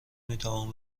میتوان